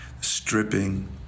stripping